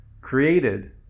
created